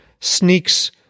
sneaks